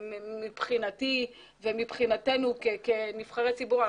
מבחינתנו נבחרי ציבור,